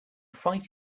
fight